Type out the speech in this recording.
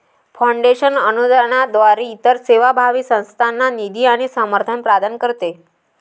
foundation अनुदानाद्वारे इतर सेवाभावी संस्थांना निधी आणि समर्थन प्रदान करते